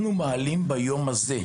אנחנו מעלים לירושלים ביום הזה,